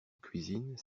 cuisine